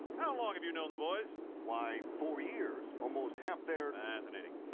how long have you known the boys? why, four years, almost half their fascinating.